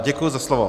Děkuji za slovo.